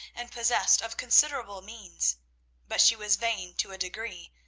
and possessed of considerable means but she was vain to a degree,